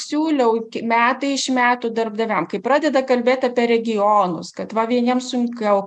siūliau metai iš metų darbdaviam kai pradeda kalbėt apie regionus kad va vieniems sunkiau